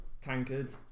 tankard